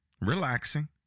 Relaxing